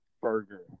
burger